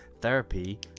therapy